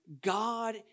God